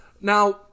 Now